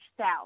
South